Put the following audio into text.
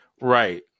right